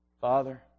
Father